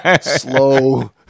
slow